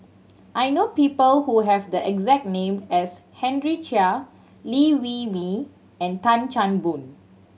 I know people who have the exact name as Henry Chia Liew Wee Mee and Tan Chan Boon